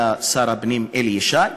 היה שר הפנים אלי ישי,